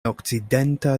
okcidenta